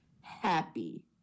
happy